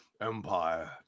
Empire